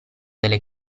delle